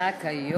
רק היום?